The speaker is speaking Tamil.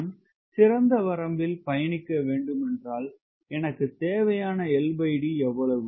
நான் சிறந்த வரம்பில் பயணிக்க வேண்டுமென்றால் எனக்குத் தேவையான LD எவ்வளவு